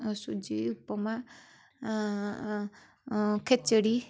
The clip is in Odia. ସୁଜି ଉପମା ଖେଚୁଡ଼ି